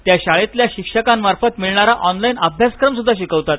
त्या शाळेतल्या शिक्षकांमार्फत मिळणारा आॅनलाईन अभ्यासक्रम सुद्धा शिकवतात